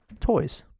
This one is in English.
toys